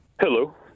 Hello